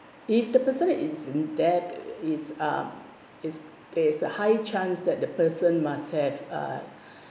if the person is in debt is uh is is a high chance that the person must have uh